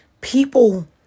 people